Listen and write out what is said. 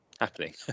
happening